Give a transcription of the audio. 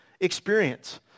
experience